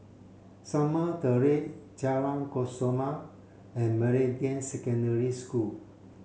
Shamah Terrace Jalan Kesoma and Meridian Secondary School